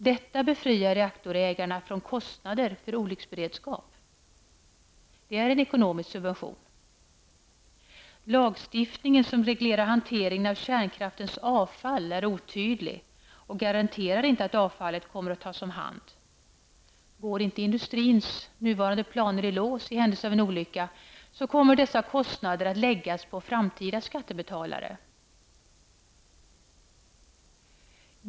Detta befriar reaktorägarna från kostnader för olycksberedskap, och det är en ekonomisk subvention. Den lagstiftning som reglerar hanteringen av kärnkraftens avfall är otydlig och garanterar inte att avfallet kommer att tas om hand. Går inte industrins nuvarande planer i händelse av en olycka i lås kommer dessa kostnader att läggas på framtida skattebetalare.